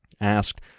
asked